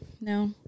No